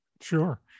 sure